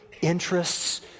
interests